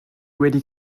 wedi